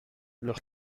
leurs